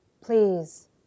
please